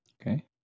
okay